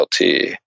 Lt